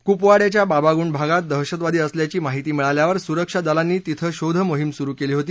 कुपवाङ्याच्या बाबागुंड भागात दहशतवादी असल्याची माहिती मिळाल्यावर सुरक्षा दलांनी तिथं शोध मोहीम सुरु केली होती